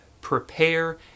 prepare